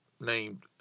named